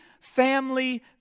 family